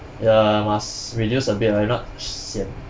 ya must reduce a bit ah if not sian